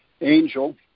Angel